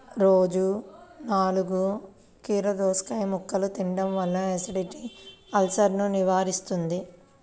రోజూ నాలుగు కీరదోసముక్కలు తినడం వల్ల ఎసిడిటీ, అల్సర్సను నివారిస్తుంది